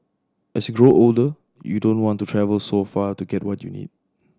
as you grow older you don't want to travel so far to get what you need